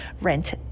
rent